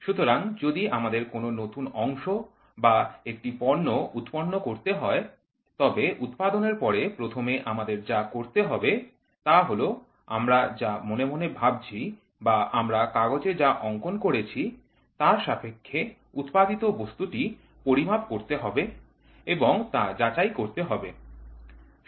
সুতরাং যদি আমাদের কোনও নতুন অংশ বা একটি পণ্য উৎপাদন করতে হয় তবে উৎপাদনের পরে প্রথমে আমাদের যা করতে হবে তা হল আমরা যা মনে মনে ভাবছি বা আমরা কাগজে যা অঙ্কন করেছি তার সাপেক্ষে উৎপাদিত বস্তুটি পরিমাপ করতে হবে এবং তা যাচাই করতে হবে